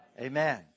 Amen